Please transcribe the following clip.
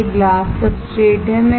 यह glass substrate है